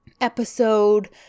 episode